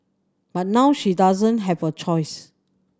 but now she doesn't have a choice